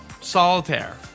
Solitaire